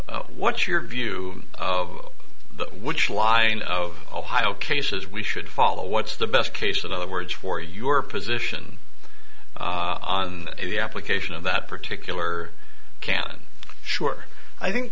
what your view of which line of ohio cases we should follow what's the best case for the words for your position on the application of that particular can sure i think